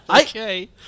Okay